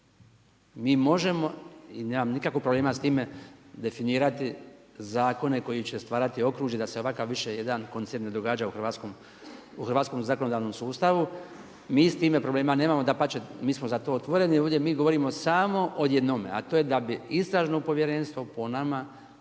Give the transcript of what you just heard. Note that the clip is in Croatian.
Mi možemo i nemam nikako problema s time definirati zakone koji će stvarati okružje da se ovakav više jedan koncern ne događa u hrvatskom zakonodavnom sustavu. Mi s time problema nemamo, dapače mi smo za to otvoreni ovdje, mi govorimo samo o jednome, a to je da bi istražno povjerenstvo po nama